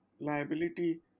liability